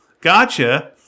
gotcha